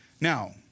Now